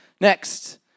Next